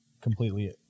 completely